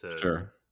Sure